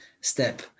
step